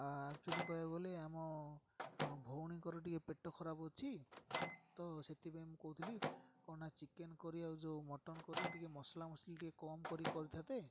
actually କହିବାକୁ ଗଲେ ଆମ ଭଉଣୀଙ୍କର ଟିକେ ପେଟ ଖରାପ ଅଛି ତ ସେଥିପାଇଁ ମୁଁ କହୁଥିଲି କ'ଣ ନା ଚିକେନ୍ କରୀ ଆଉ ଯେଉଁ ମଟନ୍ କରୀ ଟିକେ ମସଲା ମସଲି ଟିକେ କମ୍ କରିିକି କରିଥାନ୍ତେ